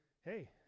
hey